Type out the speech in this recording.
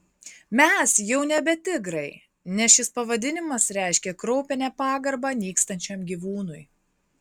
mes jau nebe tigrai nes šis pavadinimas reiškia kraupią nepagarbą nykstančiam gyvūnui